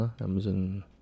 Amazon